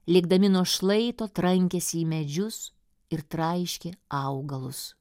lėkdami nuo šlaito trankėsi į medžius ir traiškė augalus